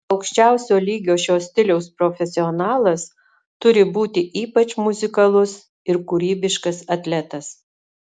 aukščiausio lygio šio stiliaus profesionalas turi būti ypač muzikalus ir kūrybiškas atletas